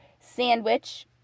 sandwich